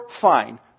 fine